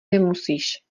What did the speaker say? nemusíš